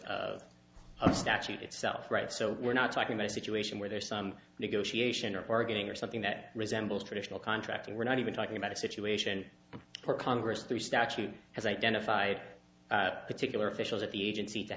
of a statute itself right so we're not talking about a situation where there's some negotiation or bargaining or something that resembles traditional contract and we're not even talking about a situation where congress through statute has identified particular officials at the agency to